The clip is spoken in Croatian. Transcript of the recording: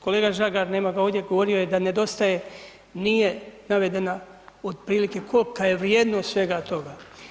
Kolega Žagar, nema ga ovdje, govorio je da nedostaje, nije navedena otprilike kolika je vrijednost svega toga.